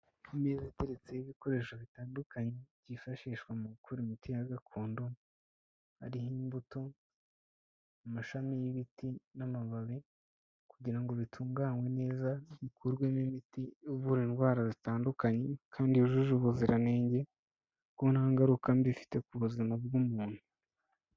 Ku meza iteretseho ibikoresho bitandukanye, byifashishwa mu gukora imiti ya gakondo, hariho imbuto, amashami y'ibiti n'amababi, kugira ngo bitunganwe neza, bikurwemo imiti ivura indwara zitandukanye, kandi yujuje ubuziranenge, kuko nta ngaruka mbi ifite ku buzima bw'umuntu.